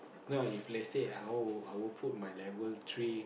now if let's say I will I will put my level three